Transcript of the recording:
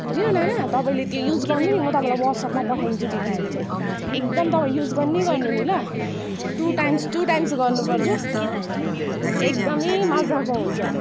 बुझ्यौ नाना तपाईँले त्यो युज गर्नु नि म तपाईँलाई व्हाट्सएप्पमा पठाइदिन्छु त्यो क्रिम चाहिँ एकदम तपाईँ युज गर्ने गर्नु नि ल टु टाइम्स टु टाइम्स गर्नु पर्छ एकदमै मजाको हुन्छ